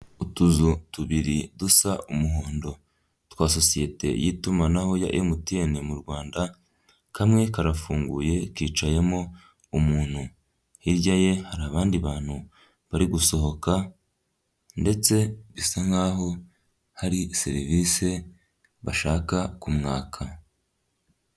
Utuzu tubiri dusha umuhondo, twa sosiyete y'itumanaho ya MTN mu Rwanda, kamwe karafunguye kicayemo umuntu, hirya ye hari abandi bantu bari gusohoka ndetse bisa nkaho hari serivise bashaka kumwaka.